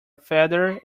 feather